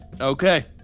okay